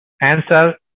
answer